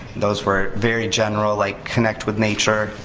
those were very general, like connect with nature,